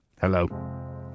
Hello